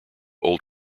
old